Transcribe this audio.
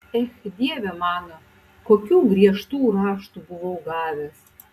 ech dieve mano kokių griežtų raštų buvau gavęs